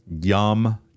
Yum